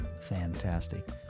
Fantastic